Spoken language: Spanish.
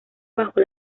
bajo